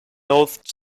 north